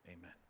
Amen